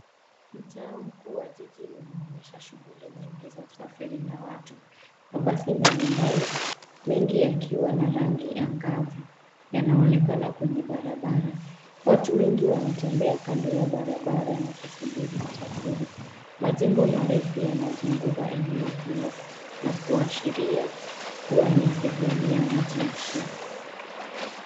Mtaa mkubwa wa jiji unaonyesha shughuli nyingi za usafiri na watu. Mabasi mbalimbali, mengi yakiwa na rangi angavu yanaonekana kwenye barabara. Watu wengi wanatembea kando ya barabara na kusubiri usafiri. Majengo marefu yanazunguka eneo hilo na kuashiria kuwa ni sehemu ya mji mkuu.